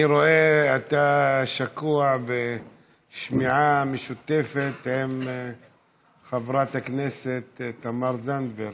אני רואה שאתה שקוע בשמיעה משותפת עם חברת הכנסת תמר זנדברג.